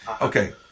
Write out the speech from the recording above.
Okay